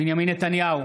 בנימין נתניהו,